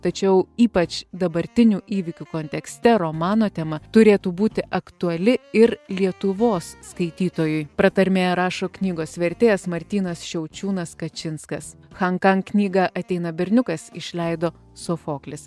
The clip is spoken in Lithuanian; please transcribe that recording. tačiau ypač dabartinių įvykių kontekste romano tema turėtų būti aktuali ir lietuvos skaitytojui pratarmėje rašo knygos vertėjas martynas šiaučiūnas kačinskas han kang knygą ateina berniukas išleido sofoklis